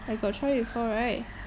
I got try before right